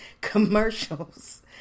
commercials